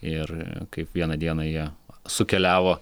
ir kaip vieną dieną jie sukeliavo